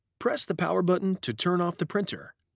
press the power button to turn off the printer.